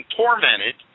tormented